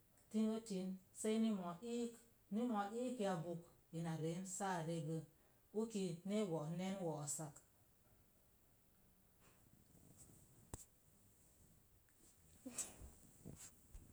Tio tin sei ni moo iik i moo úk ki a bo'k ina ron saa regə woos sak.